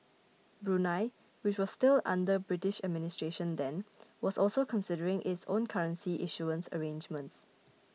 Brunei which was still under British administration then was also considering its own currency issuance arrangements